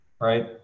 right